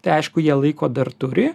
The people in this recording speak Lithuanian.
tai aišku jie laiko dar turi